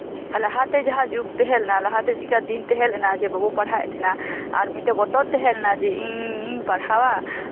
ᱞᱟᱦᱟᱛᱮ ᱡᱟᱦᱟᱸ ᱡᱩᱜᱽ ᱛᱟᱦᱮᱸᱞᱮᱱᱟ ᱞᱟᱦᱟᱛᱮ ᱪᱮᱫ ᱞᱮᱠᱟ ᱫᱤᱱ ᱛᱟᱦᱮᱸᱞᱮᱱᱟ ᱡᱮ ᱵᱟᱵᱚ ᱯᱟᱲᱦᱟᱣᱭᱮ ᱛᱟᱦᱮᱸ ᱱᱟ ᱟᱨ ᱢᱤᱫᱴᱮᱡ ᱵᱚᱛᱚᱨ ᱛᱟᱦᱮᱸ ᱞᱮᱱᱟ ᱡᱮ ᱤᱧ ᱯᱟᱲᱦᱟᱣᱟ